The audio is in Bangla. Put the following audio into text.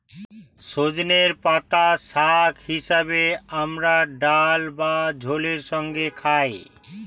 সজনের পাতা শাক হিসেবে আমরা ডাল বা ঝোলের সঙ্গে খাই